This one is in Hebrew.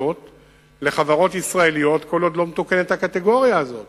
לחברות ישראליות כל עוד הקטגוריה הזאת